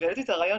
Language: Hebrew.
והבאתי את הרעיון,